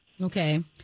Okay